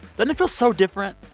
doesn't it feel so different?